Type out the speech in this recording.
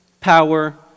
power